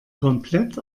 komplett